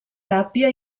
tàpia